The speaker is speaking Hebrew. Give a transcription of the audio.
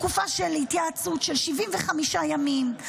תקופה של התייעצות של 75 ימים,